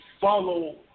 follow